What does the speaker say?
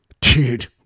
dude